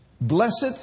Blessed